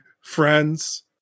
friends